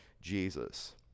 Jesus